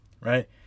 right